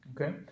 Okay